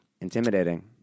intimidating